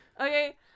Okay